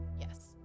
Yes